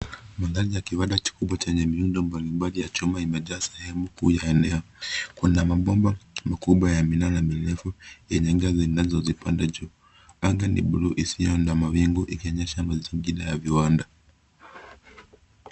Mandhari ya kiwanda kikubwa chenye miundo mbali mbali ya chuma imejaa sehemu kuu ya eneo. Kuna mabomba mikubwa ya minara mirefu yenye ngazi zinazopanda juu. Anga ni bluu isiyo na mawingu ikionyesha mazingira ya viwanda.